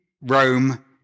Rome